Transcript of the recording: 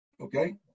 Okay